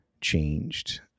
changed